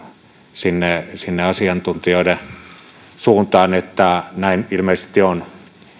sinne sinne asiantuntijoiden suuntaan että näin ilmeisesti on